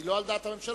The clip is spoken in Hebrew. היא לא על דעת הממשלה.